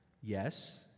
Yes